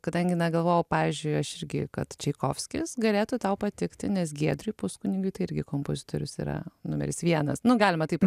kadangi na galvoju pavyzdžiui aš irgi kad čaikovskis galėtų tau patikti nes giedriui puskunigiui tai irgi kompozitorius yra numeris vienas nu galima taip